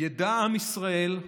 ידע עם ישראל,